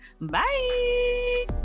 bye